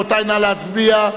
רבותי, נא להצביע.